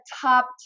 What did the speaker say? top